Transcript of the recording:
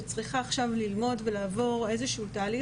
שצריכה עכשיו ללמוד ולעבור איזשהו תהליך,